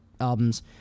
albums